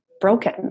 broken